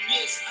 Yes